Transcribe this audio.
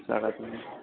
બરોબર